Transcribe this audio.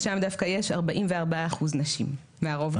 אז שם דווקא יש 44% נשים והרוב גברים.